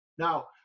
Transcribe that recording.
Now